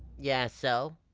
yeah, so?